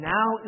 Now